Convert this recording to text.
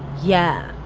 yeah,